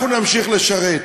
אנחנו נמשיך לשרת,